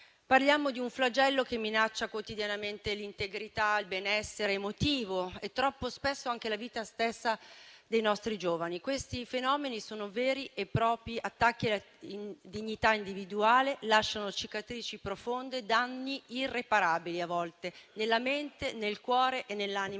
Parliamo di un flagello che minaccia quotidianamente l'integrità, il benessere emotivo e, troppo spesso, anche la vita stessa dei nostri giovani. Questi fenomeni sono veri e propri attacchi alla dignità individuale, lasciano cicatrici e, a volte, danni irreparabili nella mente, nel cuore e nell'anima